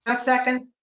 ah second.